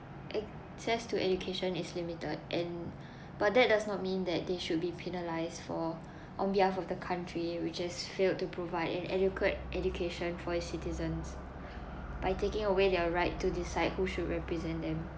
access to education is limited and but that does not mean that they should be penalised for on behalf of the country which has failed to provide an adequate education for its citizens by taking away their right to decide who should represent them